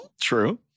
True